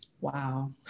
wow